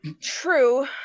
True